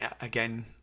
Again